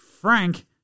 Frank